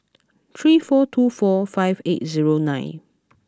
three four two four five eight zero nine